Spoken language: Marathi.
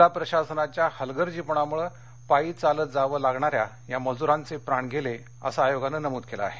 जिल्हा प्रशासनाच्या हलगर्जीपणामुळं पायी चालत जावं लागणाऱ्या या मजुरांचे प्राण गेले असं आयोगानं नमूद केलं आहे